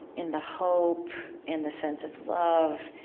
in the hope, in the sense of love,